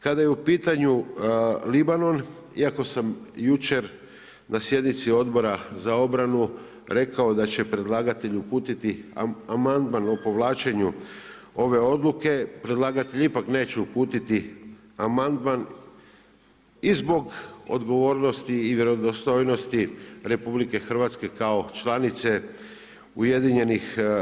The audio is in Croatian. Kada je u pitanju Libanon, iako sam jučer na sjednici Odbora za obranu rekao da će predlagatelj uputiti amandman o povlačenju ove odluke, predlagatelj ipak neće uputiti amandman i zbog odgovornosti i vjerodostojnosti RH kao članice UN.